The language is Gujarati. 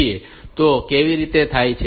તો તે કેવી રીતે થાય છે